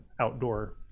outdoor